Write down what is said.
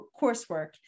coursework